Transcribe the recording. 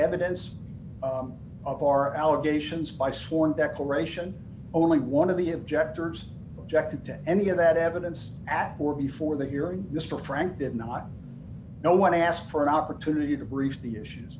evidence of our allegations by sworn declaration only one of the objectors objected to any of that evidence at or before the hearing mr frank did not know when asked for an opportunity to brief the issues